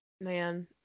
man